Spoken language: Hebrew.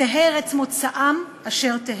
תהא ארץ מוצאם אשר תהא.